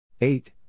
Eight